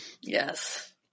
Yes